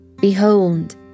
Behold